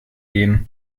gehen